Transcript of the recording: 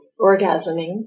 orgasming